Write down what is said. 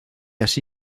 así